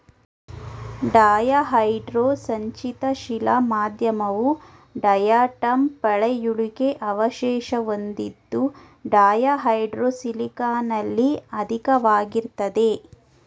ಡಯಾಹೈಡ್ರೋ ಸಂಚಿತ ಶಿಲಾ ಮಾಧ್ಯಮವು ಡಯಾಟಂ ಪಳೆಯುಳಿಕೆ ಅವಶೇಷ ಹೊಂದಿದ್ದು ಡಯಾಹೈಡ್ರೋ ಸಿಲಿಕಾನಲ್ಲಿ ಅಧಿಕವಾಗಿರ್ತದೆ